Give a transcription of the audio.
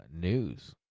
news